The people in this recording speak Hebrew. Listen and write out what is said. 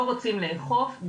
לא רוצים לאכוף,